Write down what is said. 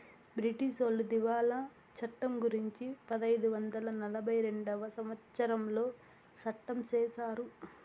బ్రిటీసోళ్లు దివాళా చట్టం గురుంచి పదైదు వందల నలభై రెండవ సంవచ్చరంలో సట్టం చేశారు